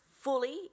fully